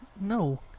No